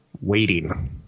waiting